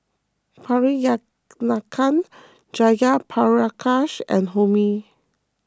Priyanka Jayaprakash and Homi